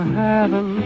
heaven